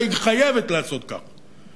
אלא היא חייבת לעשות כך.